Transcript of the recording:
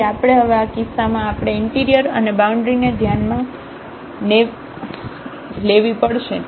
તેથી આપણે હવે આ કિસ્સામાં આપણે ઇન્ટિરિયર અને બાઉન્ડ્રીને ધ્યાનમાં Navy પડશે